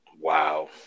Wow